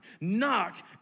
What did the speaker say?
Knock